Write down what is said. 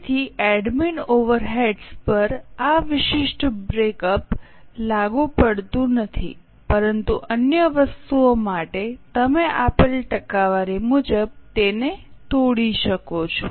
તેથી admin overheads પર આ વિશિષ્ટ બ્રેકઅપ લાગુ પડતું નથી પરંતુ અન્ય વસ્તુઓ માટે તમે આપેલ ટકાવારી મુજબ તેને તોડી શકો છો